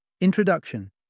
Introduction